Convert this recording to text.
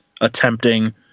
attempting